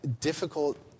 difficult